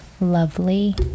lovely